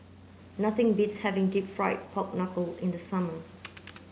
nothing beats having deep fried pork knuckle in the summer